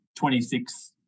26